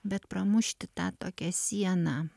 bet pramušti tą tokią sieną